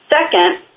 Second